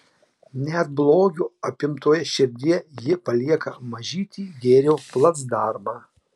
net blogio apimtoje širdyje ji palieka mažytį gėrio placdarmą